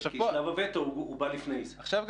עכשיו,